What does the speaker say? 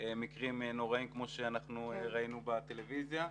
מקרים נוראיים כמו שראינו בטלוויזיה.